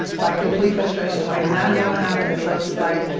like complete frustration, like not knowing how to so so like,